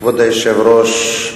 כבוד היושב-ראש,